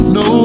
no